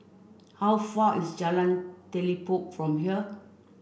how far is Jalan Telipok from here